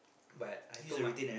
but I told my